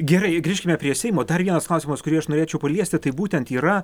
gerai grįžkime prie seimo dar vienas klausimas kurį aš norėčiau paliesti tai būtent yra